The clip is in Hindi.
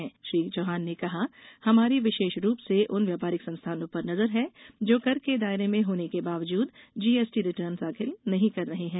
श्री चौहान ने कहा हमारी विशेष रूप से उन व्यापारिक संस्थानों पर नजर हैं जो कर के दायरे में होने के बावजूद जीएसटी रिटर्न दाखिल नहीं कर रहे हैं